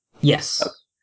Yes